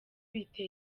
bitera